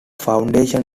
foundation